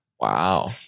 Wow